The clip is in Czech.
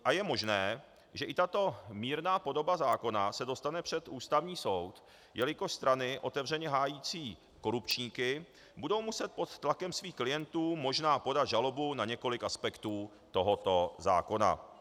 A je možné, že i tato mírná podoba zákona se dostane před Ústavní soud, jelikož strany otevřeně hájící korupčníky budou muset pod tlakem svých klientů možná podat žalobu na několik aspektů tohoto zákona.